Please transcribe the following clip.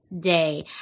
Day